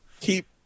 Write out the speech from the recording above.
keep